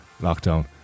lockdown